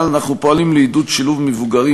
אנחנו פועלים לעידוד שילוב מבוגרים